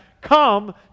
come